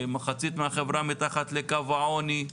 מחצית מהחברה מתחת לקו העוני.